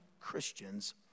Christians